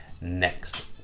next